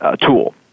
tool